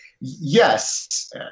yes